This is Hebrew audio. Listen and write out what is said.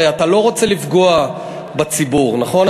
הרי אתה לא רוצה לפגוע בציבור, נכון?